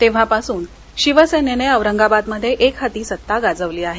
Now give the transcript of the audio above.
तेव्हापासून शिवसेनेने औरंगाबाद मध्ये एकहाती सत्ता गाजवली आहे